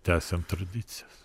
tęsiam tradicijas